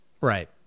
right